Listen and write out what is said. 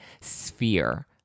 sphere